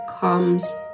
comes